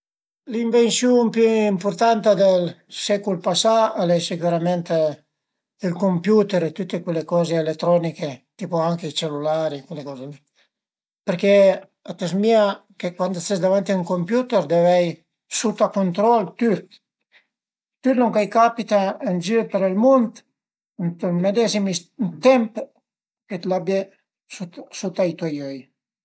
L'invensiun pi ëmpurtanta del secul pasà al e sicürament ël computer e tüte cule coze eletroniche, tipu anche i cellulari, cule coze li, perché a të zmìa che cuand ses davanti a ün computer deve avei sut a cuntrol tüt, tüt lon ch'a i capita ën gir për ël mund ënt ün medezim temp, ti l'abie sut ai toi öi